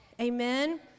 Amen